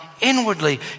inwardly